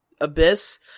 Abyss